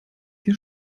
hier